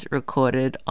recorded